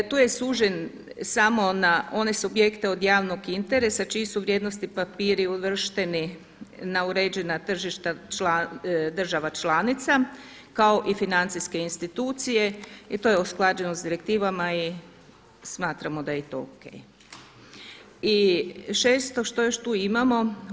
Tu je sužen samo na one subjekte od javnog interesa čiji su vrijednosni papiri uvršteni na uređena tržišta država članica kao i financijske institucije i to je usklađeno sa direktivama i smatramo da je i to o.k. I šesto što još tu imamo.